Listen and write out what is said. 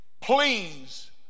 Please